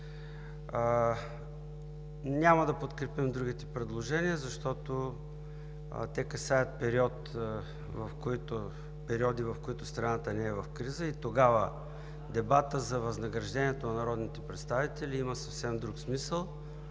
Няма да подкрепим другите предложения, защото те касаят периоди, в които страната не е в криза, и тогава дебатът за възнагражденията на народните представители има съвсем друг смисъл,